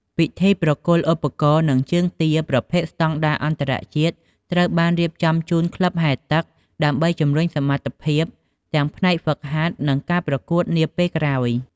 ពិធីប្រគល់ឧបករណ៍ និងជើងទាប្រភេទស្តង់ដារអន្តរជាតិត្រូវបានរៀបចំជូនក្លឹបហែលទឹក ដើម្បីជម្រុញសមត្ថភាពទាំងផ្នែកហ្វឹកហាត់ និងការប្រកួតនាពេលក្រោយ។